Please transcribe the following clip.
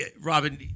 Robin